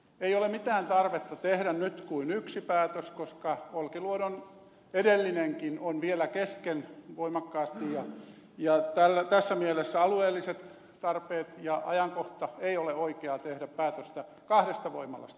ei ole mitään tarvetta tehdä nyt kuin yksi päätös koska olkiluodon edellinenkin on vielä kesken voimakkaasti ja tässä mielessä alueelliset tarpeet ja ajankohta eivät ole oikeat tehdä päätöstä kahdesta voimalasta